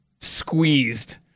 squeezed